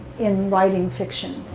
in writing fiction.